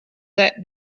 that